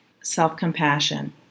self-compassion